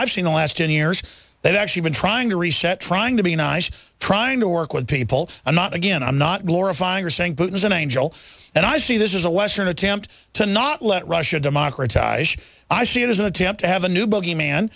i've seen the last ten years they've actually been trying to reset trying to be nice trying to work with people and not again i'm not glorifying or saying putin is an angel and i see this is a western attempt to not let russia democratize i see it as an attempt to have a new bogeyman